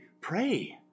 pray